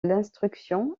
l’instruction